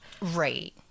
right